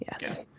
Yes